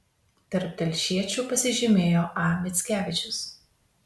tarp telšiečių pasižymėjo a mickevičius